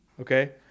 Okay